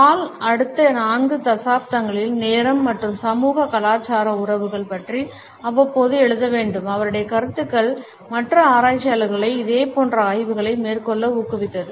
hall அடுத்த நான்கு தசாப்தங்களில் நேரம் மற்றும் சமூக கலாச்சார உறவுகள் பற்றி அவ்வப்போது எழுத வேண்டும் அவருடைய கருத்துக்கள் மற்ற ஆராய்ச்சியாளர்களை இதேபோன்ற ஆய்வுகளை மேற்கொள்ள ஊக்குவித்தன